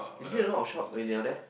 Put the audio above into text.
is it a lot of shop when you are there